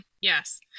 Yes